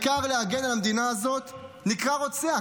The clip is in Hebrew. העיקר להגן על המדינה הזאת, נקרא רוצח?